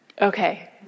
Okay